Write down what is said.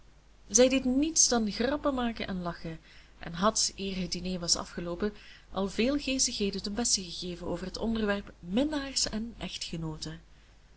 zij deed niets dan grappen maken en lachen en had eer het diner was afgeloopen al veel geestigheden ten beste gegeven over het onderwerp minnaars en echtgenooten